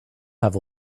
have